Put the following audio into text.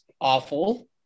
awful